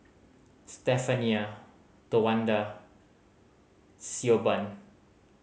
Stephania Towanda Siobhan